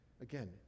Again